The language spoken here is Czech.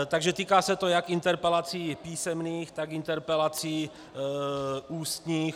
Takže týká se to jak interpelací písemných, tak interpelací ústních.